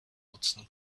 nutzen